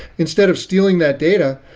instead of stealing that data,